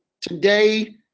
Today